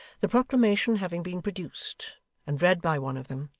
the proclamation having been produced and read by one of them,